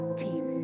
team